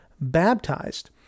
baptized